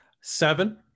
Seven